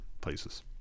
places